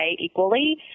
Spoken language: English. equally